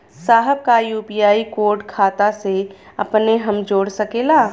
साहब का UPI code खाता से अपने हम जोड़ सकेला?